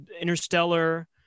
Interstellar